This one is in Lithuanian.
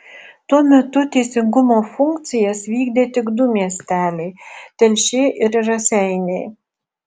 tuo metu teisingumo funkcijas vykdė tik du miesteliai telšiai ir raseiniai